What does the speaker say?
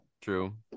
true